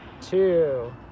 two